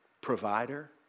provider